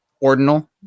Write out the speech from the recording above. ordinal